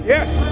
Yes